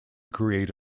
create